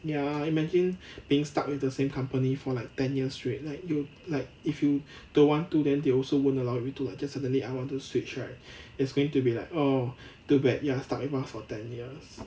ya imagine being stuck with the same company for like ten years straight like you like if you don't want to then they also won't allow you to just like suddenly I want to switch right it's going to be like oh too bad you are stuck with us for ten years